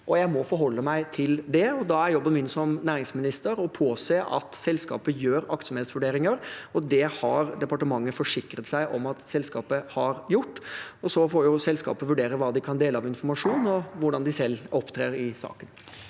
Jeg må forholde meg til det, og da er jobben min som næringsminister å påse at selskapet gjør aktsomhetsvurderinger. Det har departementet forsikret seg om at selskapet har gjort, og så får selskapet vurdere hva de kan dele av informasjon, og hvordan de selv opptrer i saken.